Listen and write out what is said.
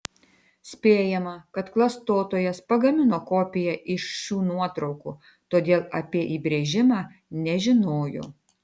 spėjama kad klastotojas pagamino kopiją iš šių nuotraukų todėl apie įbrėžimą nežinojo